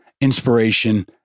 inspiration